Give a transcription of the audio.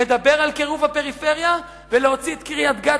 לדבר על קירוב הפריפריה ולהוציא את קריית-גת,